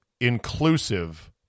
inclusive